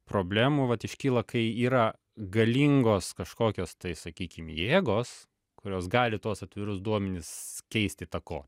problemų vat iškyla kai yra galingos kažkokios tai sakykim jėgos kurios gali tuos atvirus duomenis keisti įtakot